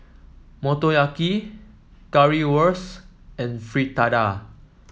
Motoyaki Currywurst and Fritada